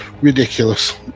ridiculous